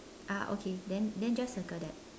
ah okay then then just circle that